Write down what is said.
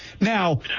Now